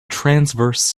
transverse